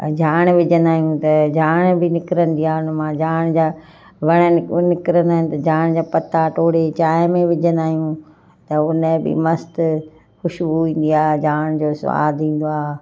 ऐं जाणि विझंदा आहियूं त जाणि बि निकिरंदी आहे उन मां जाणि जा वण आहिनि निकिरंदा आहिनि त जाणि जा पता टोड़े चांहि में विझंदा आहियूं त उन जी बि मस्तु ख़ुशबू ईंदी आहे जाणि जो सवादु ईंदो आहे